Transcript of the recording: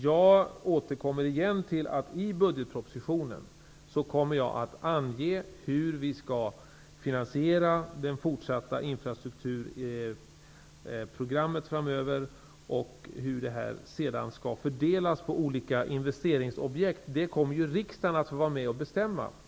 Jag återupprepar att jag i budgetpropositionen kommer att ange hur det fortsatta infrastrukturprogrammet skall finansieras och hur resurserna sedan skall fördelas på olika investeringsobjekt, vilket riksdagen kommer att vara med och besluta om.